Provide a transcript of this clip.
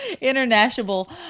International